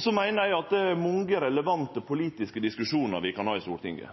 Så er det mange relevante politiske diskusjonar vi kan ha i Stortinget.